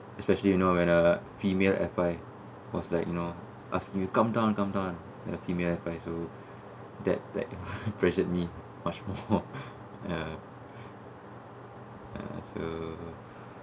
especially you know when a female nearby cause like you know ask you come down come down have female nearby so that pre~ pressuring much more ya ya so